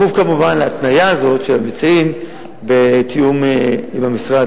בכפוף כמובן להתניה הזאת של המציעים בתיאום עם המשרד,